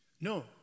No